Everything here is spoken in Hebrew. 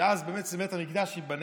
ואז בית המקדש ייבנה,